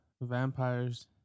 Vampires